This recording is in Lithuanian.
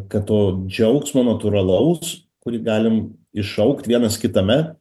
kad to džiaugsmo natūralaus kurį galim iššaukt vienas kitame